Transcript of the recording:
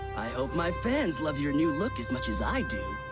i hope my fans. love your new look as much as i do